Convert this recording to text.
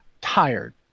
Tired